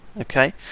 Okay